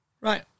Right